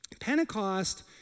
Pentecost